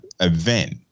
event